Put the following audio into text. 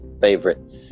favorite